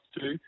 two